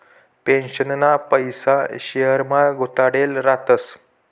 पेन्शनना पैसा शेयरमा गुताडेल रातस